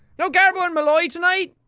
no garbo and malloy tonight?